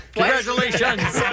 Congratulations